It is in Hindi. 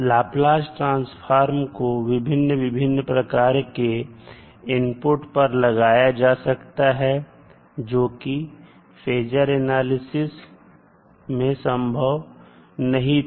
लाप्लास ट्रांसफॉर्म को विभिन्न विभिन्न प्रकार के इनपुट पर लगाया जा सकता है जोकि फेजर एनालिसिस में संभव नहीं था